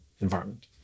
environment